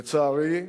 לצערי,